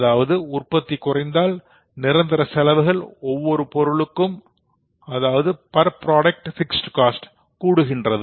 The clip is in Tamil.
அதாவது உற்பத்தி குறைந்தால் நிரந்தர செலவுகள் ஒவ்வொரு பொருளுக்கும் கூடுகின்றது